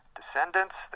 descendants